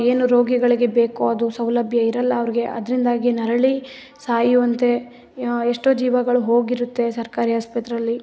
ಏನು ರೋಗಿಗಳಿಗೆ ಬೇಕು ಅದು ಸೌಲಭ್ಯ ಇರೋಲ್ಲ ಅವ್ರಿಗೆ ಅದರಿಂದಾಗಿ ನರಳಿ ಸಾಯುವಂತೆ ಎಷ್ಟೋ ಜೀವಗಳು ಹೋಗಿರುತ್ತೆ ಸರ್ಕಾರಿ ಆಸ್ಪತ್ರೆಯಲ್ಲಿ